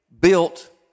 Built